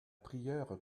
prieure